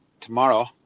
tomorrow